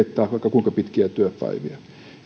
kuinka pitkiä työpäiviä